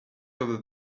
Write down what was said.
over